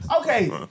Okay